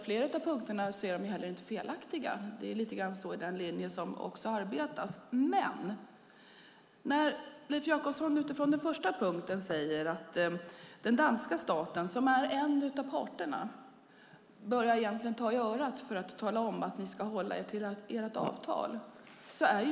Flera av punkterna är inte heller felaktiga. Det är lite grann i linje med det som det arbetas. Leif Jakobsson säger utifrån den första punkten att jag egentligen bör ta den danska staten, som är en av parterna, i örat för att tala om att man ska hålla sig till sitt avtal.